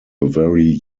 very